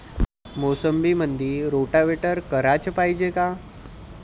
मोसंबीमंदी रोटावेटर कराच पायजे का?